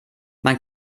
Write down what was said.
man